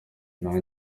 nta